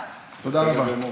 תודה לך.